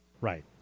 Right